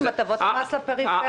כפי שעושים לגבי הטבות המס לפריפריה.